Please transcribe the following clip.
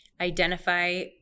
identify